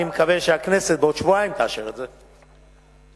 אני מקווה שהכנסת תאשר את זה בעוד שבועיים.